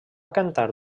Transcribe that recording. cantar